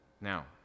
Now